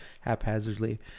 haphazardly